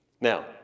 Now